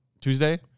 Tuesday